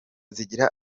zigira